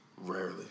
Rarely